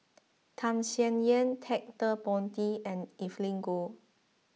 Tham Sien Yen Ted De Ponti and Evelyn Goh